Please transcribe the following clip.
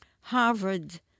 Harvard